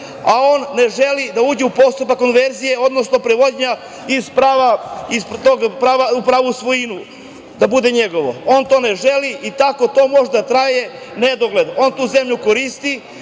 a on ne želi da uđe u postupak konverzije, odnosno prevođenja iz tog prava u pravo svojine, da bude njegovo. On to ne želi. Tako to može da traje u nedogled. On tu zemlju koristi,